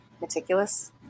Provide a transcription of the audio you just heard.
meticulous